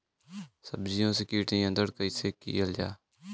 सब्जियों से कीट नियंत्रण कइसे कियल जा?